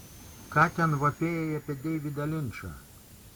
ką ten vapėjai apie deividą linčą